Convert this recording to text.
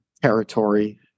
territory